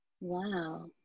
Wow